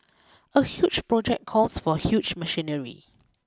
a huge project calls for huge machinery